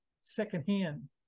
secondhand